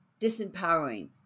disempowering